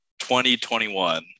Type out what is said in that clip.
2021